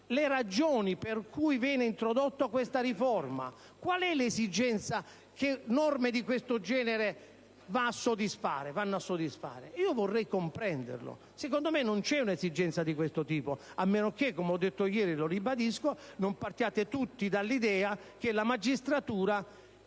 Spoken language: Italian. le ragioni per cui viene introdotta questa riforma. Qual è l'esigenza che norme di questo genere vanno a soddisfare? Vorrei comprenderlo. Secondo me non c'è un'esigenza di questo tipo, a meno che, come ho detto ieri e ribadisco oggi, non partiate tutti dall'idea che la magistratura